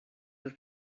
was